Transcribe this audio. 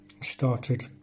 Started